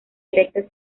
erectas